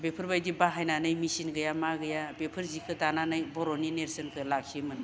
बेफोरबायदि बाहायनानै मेचिन गैया मा गैया बेफोर जिखो दानानै बर'नि नेरसोनखो लाखियोमोन